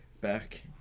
Back